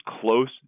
close